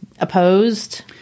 opposed